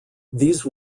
these